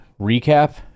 recap